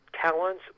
Talents